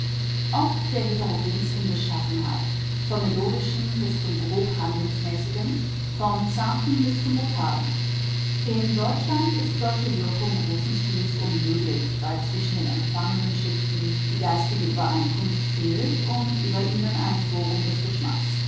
oft der heterogensten beschaffenheit vom melodischen bis zum grob handlungsmäßigen vom zarten bis zum brutalen in deutschland ist solche wirkung großen stils unmöglich weil zwischen den empfangenden schichten die geistige übereinkunft fehlt und über ihnen ein forum des geschmacks